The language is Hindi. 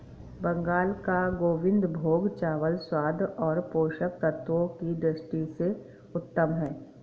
बंगाल का गोविंदभोग चावल स्वाद और पोषक तत्वों की दृष्टि से उत्तम है